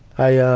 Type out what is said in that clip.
i, ah,